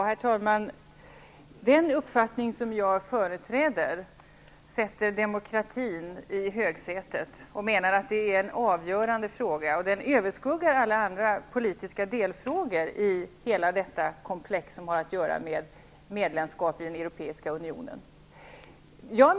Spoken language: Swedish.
Herr talman! Den uppfattning som jag företräder sätter demokratin i högsätet. Det är en avgörande fråga, och den överskuggar alla andra politiska delfrågor i hela detta komplex som har att göra med medlemskap i den Europeiska unionen.